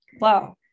wow